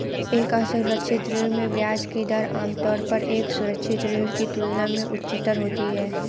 एक असुरक्षित ऋण में ब्याज की दर आमतौर पर एक सुरक्षित ऋण की तुलना में उच्चतर होती है?